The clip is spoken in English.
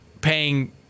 paying